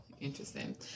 interesting